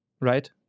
right